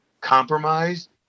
compromised